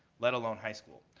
let alone high school.